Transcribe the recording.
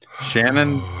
Shannon